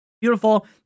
beautiful